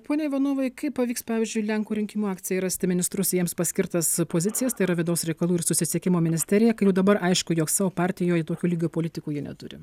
pone ivanovai kaip pavyks pavyzdžiui lenkų rinkimų akcijai rasti ministrus į jiems paskirtas pozicijas tai yra vidaus reikalų ir susisiekimo ministerija kai jau dabar aišku jog savo partijoj tokio lygio politikų jie neturi